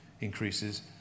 increases